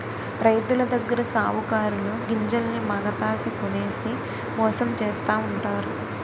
రైతులదగ్గర సావుకారులు గింజల్ని మాగతాకి కొనేసి మోసం చేస్తావుంటారు